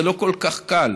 זה לא כל כך קל